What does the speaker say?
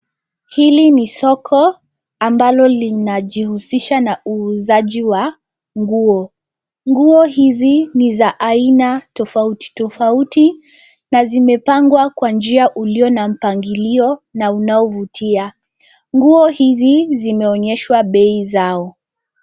Hili ni soko ambalo linajihusisha na uuzaji wa nguo. Nguo hizi ni za aina tofauti tofauti na zimepangwa kwa njia ulio na mpangilio na unaovutia. Nguo hizi zimeonyeshwa bei zao.